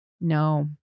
No